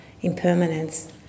impermanence